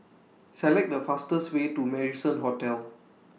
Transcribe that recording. Select The fastest Way to Marrison Hotel